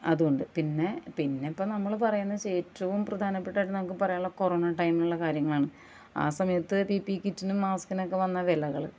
അതും ഉണ്ട് പിന്നെ പിന്നെ ഇപ്പം നമ്മൾ പറയുന്നച്ച ഏറ്റവും പ്രധാനപ്പെട്ടത് നമുക്ക് പറയാനുള്ളത് കൊറോണ ടൈമിലുള്ള കാര്യങ്ങളാണ് ആ സമയത്ത് പി പി കിറ്റിനും മാസ്കിനുമൊക്കെ വന്ന വിലകൾ